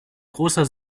großer